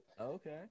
Okay